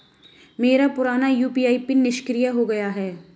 मेरा पुराना UPI PIN निष्क्रिय हो गया है